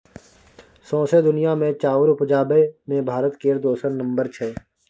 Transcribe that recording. सौंसे दुनिया मे चाउर उपजाबे मे भारत केर दोसर नम्बर छै